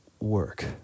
work